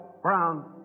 Brown